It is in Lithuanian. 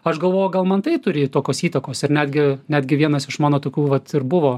aš galvoju gal man tai turi tokios įtakos ir netgi netgi vienas iš mano tokių vat ir buvo